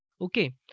okay